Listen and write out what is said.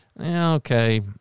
Okay